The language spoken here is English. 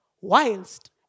whilst